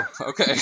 okay